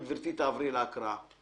ולכן, גברתי, תעברי להקראה.